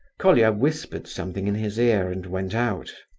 colia whispered something in his ear and went out.